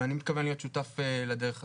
ואני מתכוון להיות שותף לדרך הזאת.